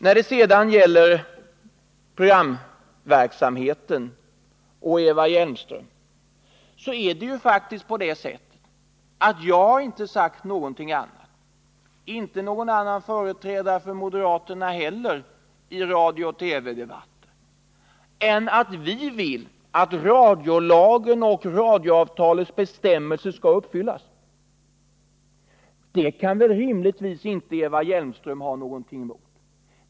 Och så till Eva Hjelmström och frågan om programverksamheten. Varken jag eller någon annan företrädare för moderaterna har i radiooch TV-debatten sagt någonting annat än att vi vill att radiolagens och radioavtalets bestämmelser skall följas. Det kan väl rimligtvis Eva Hjelmström inte ha någonting emot?